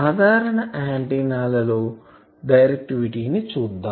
సాధారణ ఆంటిన్నా లో డైరెక్టివిటీ ని చూద్దాం